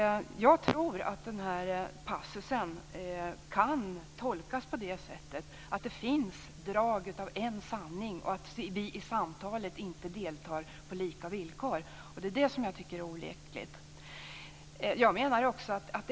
Jag tror att den här passusen kan tolkas på det sättet att det finns ett drag av en sanning och att vi i samtalet inte deltar på lika villkor. Det är det som jag tycker är olyckligt.